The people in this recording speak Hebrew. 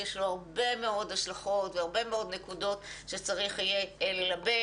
יש לו הרבה מאוד השלכות והרבה מאוד נקודות שצריך יהיה ללבן.